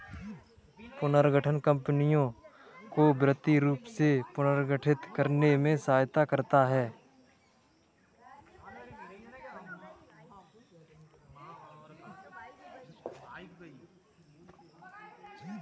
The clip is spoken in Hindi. पुनर्गठन कंपनियों को वित्तीय रूप से पुनर्गठित करने में सहायता करता हैं